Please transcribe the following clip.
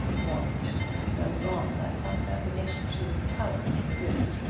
once, as though drawn by some fascination she was powerless to resist,